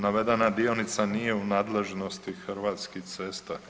Navedena dionica nije u nadležnosti Hrvatskih cesta.